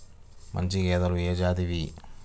మంచి గేదెలు ఏ జాతివి?